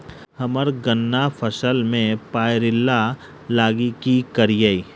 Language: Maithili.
हम्मर गन्ना फसल मे पायरिल्ला लागि की करियै?